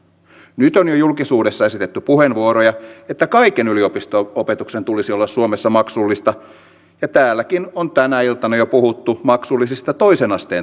nyt on jo julkisuudessa esitetty puheenvuoroja että kaiken yliopisto opetuksen tulisi olla suomessa maksullista ja täälläkin on jo tänä iltana puhuttu maksullisista toisen asteen tutkinnoista